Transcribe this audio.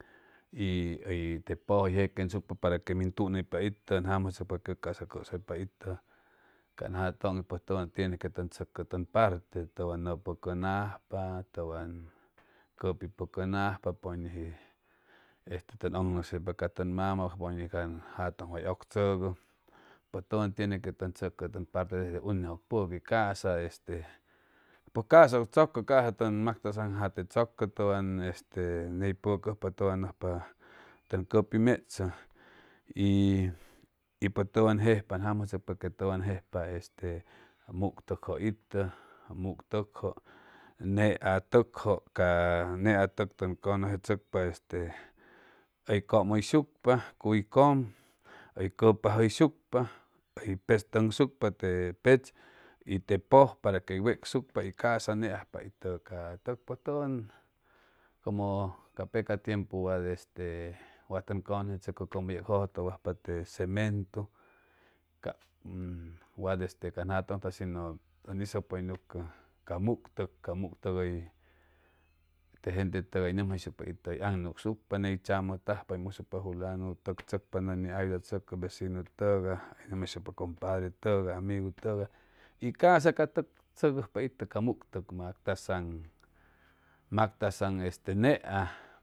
Y hʉy te pʉʉk hʉy jequensucpa para que min tunʉypa itʉ ʉn jamʉjchʉcpa que ʉ ca'sa cʉsʉypa itʉ can jatʉnis pues tʉwan tiene que tʉn tzʉcʉ tʉn parte tʉwan nʉʉ pʉcʉnajpa tʉwan cʉpi pʉcʉnajpa pʉñʉji este tʉn ʉgnʉnʉcsʉypa ca tʉn mama pʉñuji ca tʉn jatʉŋ way ʉgchʉgu pues tʉwan tiene que tʉn tzʉcʉ tʉn parte desde une jʉjpʉqui ca'sa este pʉj ca'sa tzʉcʉ ca'sa tʉn mactazaŋ jate tzʉcʉ tʉwan este ney pʉcʉjpa tʉwan nʉcspa tʉn cʉpi mechʉ y pʉj tʉwan jejpa ʉn jamʉjchʉcpa que tʉwan jejpa este muk tʉkjʉ itʉ muk tʉkjʉ nea tʉkjʉ ca nea tʉk tʉn cʉnʉcechʉcpa este hʉy cʉn hʉyshucpa cuy cʉm hʉy cʉpajʉyshucpa hʉy petz tʉŋsucpa te petz y te pʉj para que hʉy weksucpa y ca'sa neajpa itʉ ca tʉk pʉj tʉn como ca peca tiempu wat este wa tʉn cʉnʉcechʉcʉ como yeg jʉjʉtʉwajpa te cementu cap wat este can jatʉŋ ʉn hizʉ pʉynucʉ a muk tʉk ca muk tʉk hʉy te gente tʉgay hʉy nʉmjayshucpa hʉy aŋnucsucpa ney tzamʉtajpa hʉy musucpa fulanu tʉk tzʉcpa nʉmi ni ayudachʉcʉ vecinu tʉgay hʉy nʉmjayshucpa compadre tʉgay amigu tʉgay y ca'sa ca tʉk tzʉcʉjpa itʉ ca muk tʉk mactazaŋ mactazaŋ nea